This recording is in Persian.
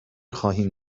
خواهیم